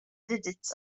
digits